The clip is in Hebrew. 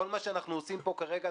כל מה שאנחנו עושים פה כרגע,